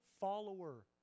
follower